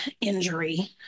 injury